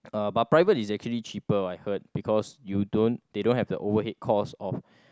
uh but private is actually cheaper I heard because you don't they don't have the overhead cost of